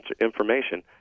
information